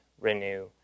renew